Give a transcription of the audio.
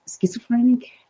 schizophrenic